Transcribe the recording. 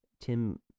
Tim